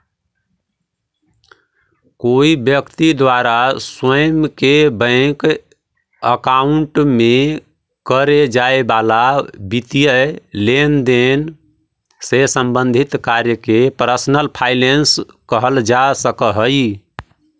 कोई व्यक्ति द्वारा स्वयं के बैंक अकाउंट में करे जाए वाला वित्तीय लेनदेन से संबंधित कार्य के पर्सनल फाइनेंस कहल जा सकऽ हइ